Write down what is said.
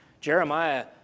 Jeremiah